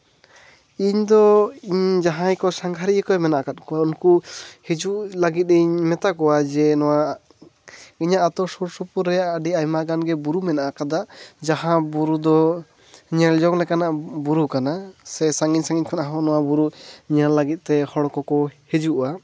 ᱤᱧ ᱫᱚ ᱡᱟᱦᱟᱸᱭ ᱤᱧ ᱥᱟᱸᱜᱷᱟᱨᱤᱭᱟᱹ ᱠᱚ ᱢᱮᱱᱟᱜ ᱠᱟᱫ ᱠᱚᱣᱟ ᱩᱱᱠᱩ ᱦᱤᱡᱩᱜ ᱞᱟᱹᱜᱤᱫ ᱤᱧ ᱡᱮ ᱱᱚᱣᱟ ᱤᱧᱟᱜ ᱟᱛᱳ ᱥᱩᱨ ᱥᱩᱯᱩᱨ ᱨᱮ ᱟᱹᱰᱤ ᱟᱭᱟ ᱜᱟᱱ ᱜᱮ ᱵᱩᱨᱩ ᱢᱮᱱᱟᱜ ᱟᱠᱟᱫᱟ ᱡᱟᱦᱟᱸ ᱵᱩᱨᱩ ᱫᱚ ᱧᱮᱞ ᱡᱚᱝ ᱞᱮᱠᱟᱱᱟᱜ ᱵᱩᱨᱩ ᱠᱟᱱᱟ ᱥᱮ ᱥᱟᱺᱜᱤᱧ ᱥᱟᱺᱜᱤᱧ ᱠᱷᱚᱱᱟᱜ ᱦᱚᱸ ᱱᱚᱣᱟ ᱵᱩᱨᱩ ᱧᱮᱞ ᱞᱟᱹᱜᱤᱫ ᱛᱮ ᱦᱚᱲ ᱠᱚᱠᱚ ᱦᱤᱡᱩᱜᱼᱟ